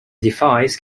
device